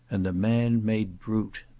and the man made brute!